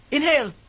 Inhale